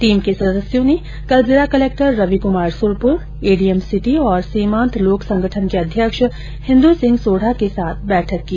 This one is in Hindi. टीम के सदस्यों ने कल जिला collector Ravi Kumar Surpur ADM city और सीमान्त लोक संगठन के अध्यक्ष हिन्दू सिंह सोढ़ा के साथ बैठक की